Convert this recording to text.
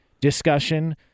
discussion